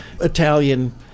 Italian